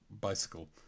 bicycle